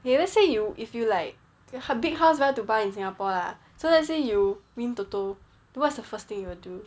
okay let's say you if you like big house very hard to buy in singapore lah so let's say you win TOTO what's the first thing you will do